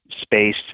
space